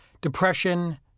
Depression